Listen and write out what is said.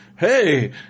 Hey